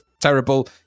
terrible